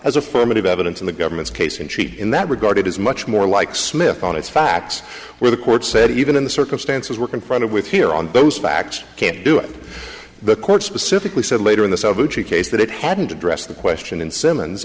as affirmative evidence in the government's case in chief in that regard it is much more like smith on his facts where the court said even in the circumstances we're confronted with here on those facts can't do it the court specifically said later in the case that it hadn't addressed the question in simmons